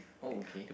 oh okay